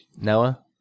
Noah